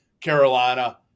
Carolina